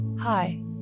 Hi